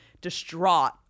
distraught